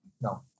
no